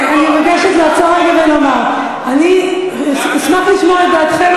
אני מבקשת לעצור רגע ולומר: אני אשמח לשמוע את דעתכם,